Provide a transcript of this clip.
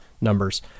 numbers